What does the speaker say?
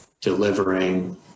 delivering